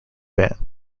band